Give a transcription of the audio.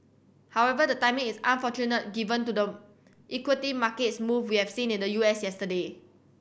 however the timing is unfortunate given to the equity market is moved we have seen in the U S yesterday